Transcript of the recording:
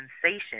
sensation